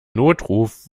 notruf